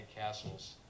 castles